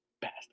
best